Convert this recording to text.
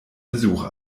besuch